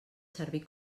servir